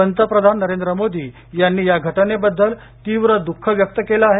पंतप्रधाननरेंद्र मोदी यांनी या घटनेबद्दल तीव्र दुख व्यक्त केलं आहे